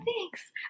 thanks